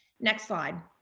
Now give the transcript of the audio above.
next slide.